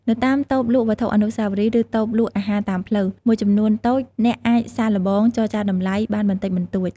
នៅតាម តូបលក់វត្ថុអនុស្សាវរីយ៍ ឬ តូបលក់អាហារតាមផ្លូវ មួយចំនួនតូច អ្នកអាចសាកល្បង ចរចាតម្លៃ បានបន្តិចបន្តួច។